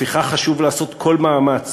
לפיכך חשוב לעשות כל מאמץ